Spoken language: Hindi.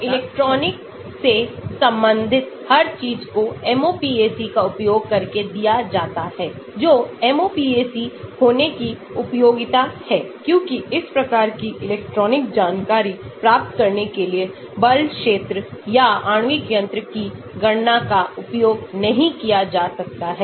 तो इलेक्ट्रॉनिक से संबंधित हर चीज को MOPAC का उपयोग करके दिया जाता है जो MOPAC होने की उपयोगिता है क्योंकि इस प्रकार की इलेक्ट्रॉनिक जानकारी प्राप्त करने के लिए बल क्षेत्र या आणविक यांत्रिकी गणना का उपयोग नहीं किया जा सकता है